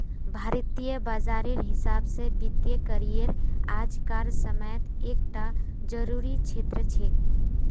भारतीय बाजारेर हिसाब से वित्तिय करिएर आज कार समयेत एक टा ज़रूरी क्षेत्र छे